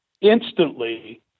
instantly